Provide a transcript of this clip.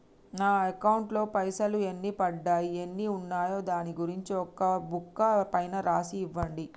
నా అకౌంట్ లో పైసలు ఎన్ని పడ్డాయి ఎన్ని ఉన్నాయో దాని గురించి ఒక బుక్కు పైన రాసి ఇవ్వండి?